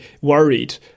worried